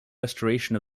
restoration